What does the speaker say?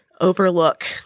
overlook